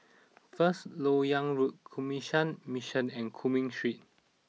First Lok Yang Road Canossian Mission and Cumming Street